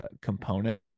component